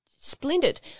splendid